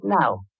now